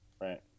Right